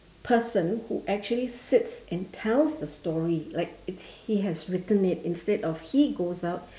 person who actually sits and tells the story like it's he has written it instead of he goes out